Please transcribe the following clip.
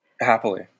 Happily